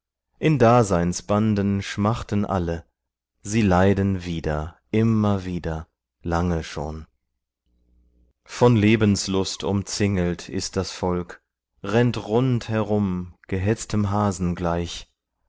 in daseinsbanden schmachten alle sie leiden wieder immer wieder lange schon von lebenslust umzingelt ist das volk rennt rund herum gehetztem hasen gleich